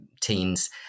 teens